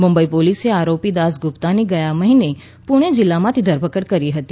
મુંબઈ પોલીસે આરોપી દાસગુપ્તાની ગયા મહિને પુણે જિલ્લામાંથી ધરપકડ કરી હતી